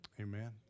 Amen